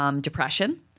depression